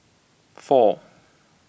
four